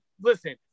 Listen